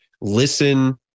listen